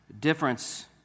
difference